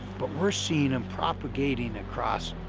but we're seeing them propagating across